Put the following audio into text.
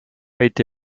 été